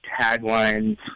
taglines